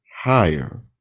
higher